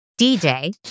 dj